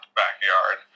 backyard